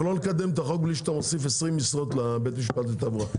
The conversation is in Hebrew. אנחנו לא נקדם את החוק בלי שתוסיפו 20 משרות לבית משפט לתעבורה,